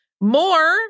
More